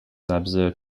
absurd